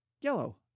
yellow